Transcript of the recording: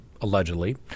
allegedly